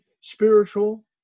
spiritual